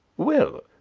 well,